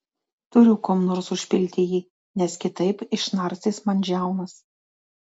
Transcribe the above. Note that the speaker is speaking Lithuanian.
turiu kuom nors užpilti jį nes kitaip išnarstys man žiaunas